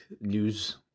news